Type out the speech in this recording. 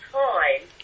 time